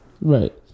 right